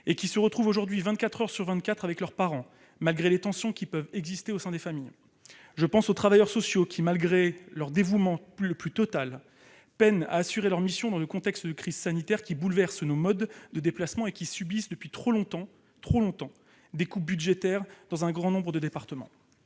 et qui se retrouvent aujourd'hui vingt-quatre heures sur vingt-quatre avec leurs parents, malgré les tensions qui peuvent exister au sein des familles. Je pense aux travailleurs sociaux, qui, malgré leur dévouement le plus total, peinent à assurer leurs missions dans un contexte de crise sanitaire qui bouleverse nos modes de déplacement, et qui subissent depuis trop longtemps les coupes budgétaires dans un grand nombre de départements